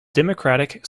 democratic